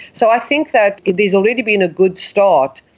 so i think that it has already been a good start,